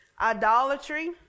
Idolatry